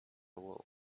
wool